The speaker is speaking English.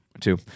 Two